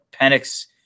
Penix